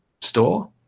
store